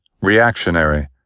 reactionary